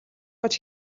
гэж